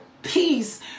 peace